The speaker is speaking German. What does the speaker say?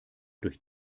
durch